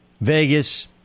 Vegas